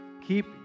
Keep